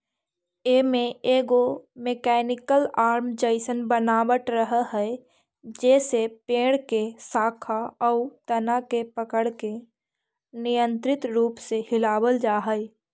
एमे एगो mechanical arm जइसन बनावट रहऽ हई जेसे पेड़ के शाखा आउ तना के पकड़के नियन्त्रित रूप से हिलावल जा हई